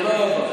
תודה רבה.